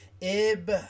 Ib